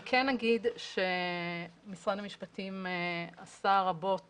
אני כן אגיד שמשרד המשפטים עשה רבות